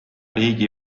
riigi